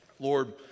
Lord